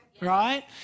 Right